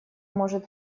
может